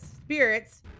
spirits